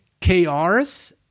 KRs